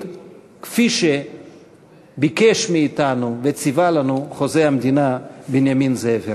כפי שביקש מאתנו וציווה לנו חוזה המדינה בנימין זאב הרצל.